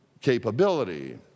capability